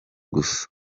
gusa